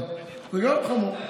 גם זה חמור,